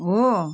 हो